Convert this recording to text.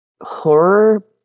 horror